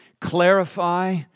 clarify